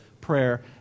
prayer